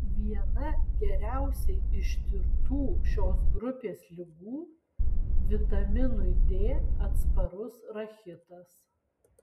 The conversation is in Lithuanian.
viena geriausiai ištirtų šios grupės ligų vitaminui d atsparus rachitas